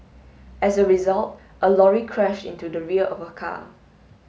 as a result a lorry crashed into the rear of her car